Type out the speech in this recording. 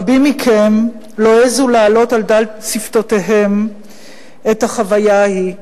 רבים מכם לא העזו להעלות על דל שפתותיהם את החוויה ההיא,